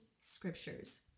scriptures